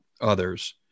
others